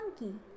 monkey